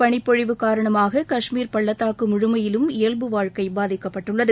பனிப்பொழிவு காரணமாக கஷ்மீர் பள்ளத்தாக்கு முழுமையிலும் இயல்பு வாழ்க்கை பாதிக்கப்பட்டுள்ளது